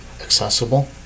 accessible